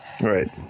right